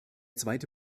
zweite